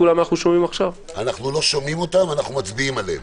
אנחנו לא שומעים אותן, אנחנו מצביעים עליהן.